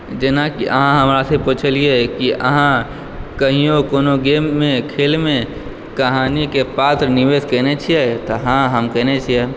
जेना कि अहाँ हमरा सॅं पुछलियै कि अहाँ कहियो कोनो गेम मे खेलमे कहानीके पात्र नियुक्त कयने छियै तऽ हॅं हम कयने छियै